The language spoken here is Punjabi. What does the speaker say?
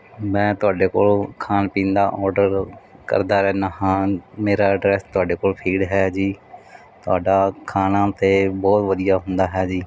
ਮੈਂ ਤੁਹਾਡੇ ਕੋਲੋਂ ਖਾਣ ਪੀਣ ਦਾ ਆਰਡਰ ਕਰਦਾ ਰਹਿੰਦਾ ਹਾਂ ਮੇਰਾ ਐਡਰੈਸ ਤੁਹਾਡੇ ਕੋਲ ਫੀਡ ਹੈ ਜੀ ਤੁਹਾਡਾ ਖਾਣਾ ਤੇ ਬਹੁਤ ਵਧੀਆ ਹੁੰਦਾ ਹੈ ਜੀ